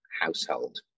household